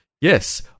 yes